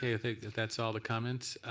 i think that's all the comments.